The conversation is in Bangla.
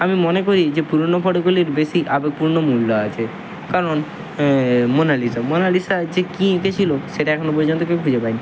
আমি মনে করি যে পুরনো ফটোগুলির বেশি আবেগপূর্ণ মূল্য আছে কারণ মোনালিসা মোনালিসা যে কী এঁকেছিল সেটা এখনও পর্যন্ত কেউ খুঁজে পায়নি